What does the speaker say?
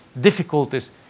difficulties